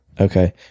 Okay